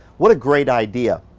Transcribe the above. what a great idea.